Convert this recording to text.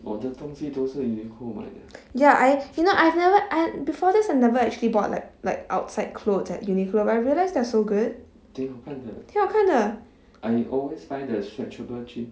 ya I you know I've never I before this I've never actually bought like like outside clothes at uniqlo but I realise that they are so good 挺好看的